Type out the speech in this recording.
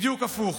בדיוק הפוך.